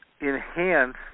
enhance